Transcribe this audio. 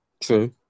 True